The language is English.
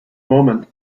moment